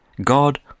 God